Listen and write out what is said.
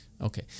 Okay